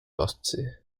ostsee